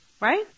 Right